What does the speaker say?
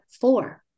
four